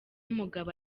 umugabo